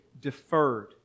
deferred